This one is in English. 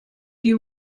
you